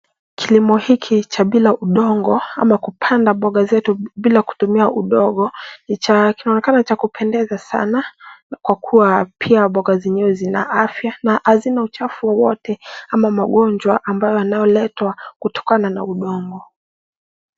Kilimo hiki cha bila udongo ama kupanda mboga zetu bila kutumia udongo ni cha kinaonekana cha kupendeza sana kwa kuwa pia mboga zenyewe zina afya na hazina uchafu wowote ama magonjwa ambayo yanayoletwa kutokana na udongo.